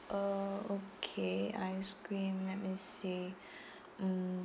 uh okay ice cream let me see um